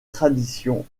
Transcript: traditions